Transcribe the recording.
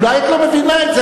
אולי את לא מבינה את זה.